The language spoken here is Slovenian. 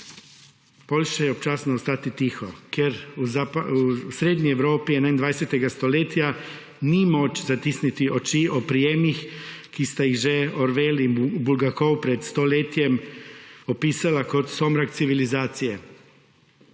boljše je občasno ostati tiho, ker v srednji Evropi 21. stoletja ni moč zatisniti oči ob prijemih, ki sta jih že / nerazumljivo/ pred stoletjem opisala kot somrak civilizacije.